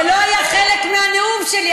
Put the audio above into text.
זה לא היה חלק מהנאום שלי,